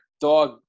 dog